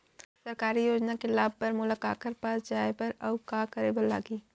सरकारी योजना के लाभ बर मोला काखर पास जाए बर अऊ का का करे बर लागही?